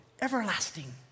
everlasting